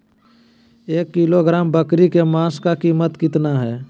एक किलोग्राम बकरी के मांस का कीमत कितना है?